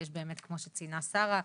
יש באמת, כפי שציינה שרה,